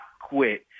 quit